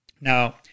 Now